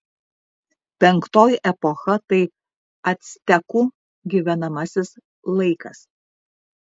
penktoji epocha tai actekų gyvenamasis laikas